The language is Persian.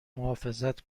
محافظت